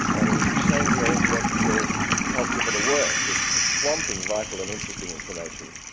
um is changing your intellectual culture for the worse, it's swamping vital and interesting information,